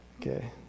Okay